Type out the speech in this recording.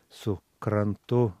su krantu